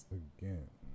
again